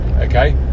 okay